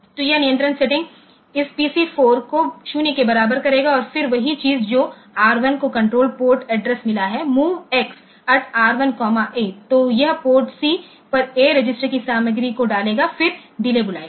तो यह विशेष नियंत्रण सेटिंग इस पीसी 4 को 0 के बराबर करेगा और फिर वही चीज जो आर 1 को कंट्रोल पोर्ट एड्रेस मिला है MOVX r1 A तो यह पोर्ट सी पर A रजिस्टर की सामग्री को डालेगा फिर डिले बुलाएगा